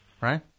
Right